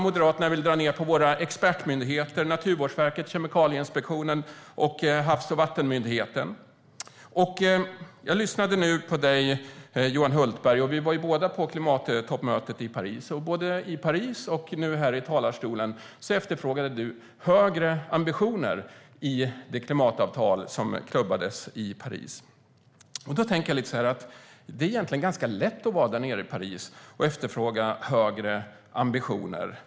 Moderaterna vill även dra ned på våra expertmyndigheter Naturvårdsverket, Kemikalieinspektionen och Havs och vattenmyndigheten. Jag lyssnade på Johan Hultberg. Vi var båda på klimattoppmötet i Paris, och både i Paris och nu från talarstolen efterfrågar han högre ambitioner i det klimatavtal som klubbades i Paris. Då tänker jag att det egentligen är ganska lätt att vara i Paris och efterfråga högre ambitioner.